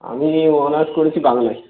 আমি অনার্স করেছি বাংলায়